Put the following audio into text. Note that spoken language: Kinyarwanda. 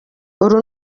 uru